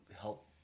help